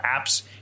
Apps –